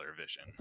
vision